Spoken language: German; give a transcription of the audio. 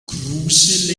kruse